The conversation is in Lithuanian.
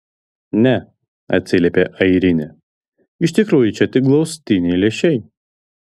ne atsiliepia airinė iš tikrųjų čia tik glaustiniai lęšiai